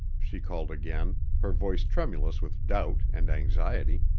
she called again, her voice tremulous with doubt and anxiety.